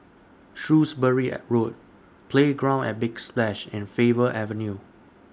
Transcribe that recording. Shrewsbury and Road Playground At Big Splash and Faber Avenue